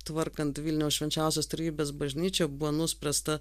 tvarkant vilniaus švenčiausios trejybės bažnyčią buvo nuspręsta